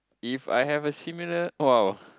if I have a similar !wow!